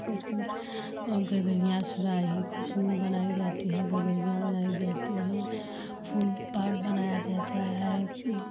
उसके बाद गगरियाँ सुराही खूब सुन्दर बनाई जाती है गगरियाँ बनाई जाती हैं फूल पैड बनाया जाता है